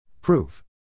Proof